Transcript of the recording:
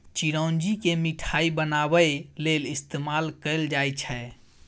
चिरौंजी केँ मिठाई बनाबै लेल इस्तेमाल कएल जाई छै